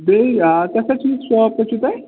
بیٚیہِ تۄہہِ کَتہِ چھُو یہِ شاپ کَتہِ چھُو تۄہہِ